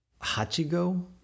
Hachigo